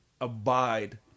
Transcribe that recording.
abide